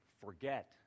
forget